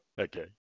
Okay